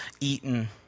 eaten